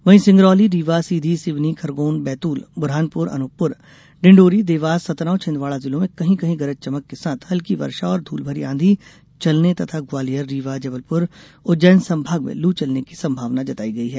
वहीं सिंगरौली रीवा सीधी सिवनी खरगौन बैतूल बुरहानपुर अनूपपुर डिडौरी देवास सतना और छिदवाडा जिलों में कहीं कहीं गरज चमक के साथ हल्की वर्षा और धूल भरी आंधी चलने तथा ग्वालियर रीवा जबलपुर उज्जैन संभाग में लू चलने की संभावना जताई गई है